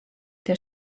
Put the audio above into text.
der